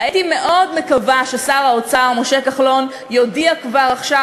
הייתי מאוד מקווה ששר האוצר משה כחלון יודיע כבר עכשיו,